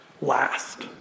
last